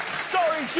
sorry,